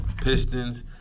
Pistons